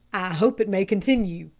hope it may continue,